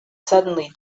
suddenly